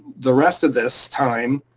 the rest of this time,